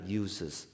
uses